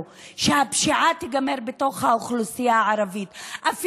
שהפשיעה בתוך האוכלוסייה הערבית תיגמר,